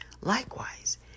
Likewise